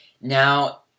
Now